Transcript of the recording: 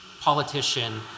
politician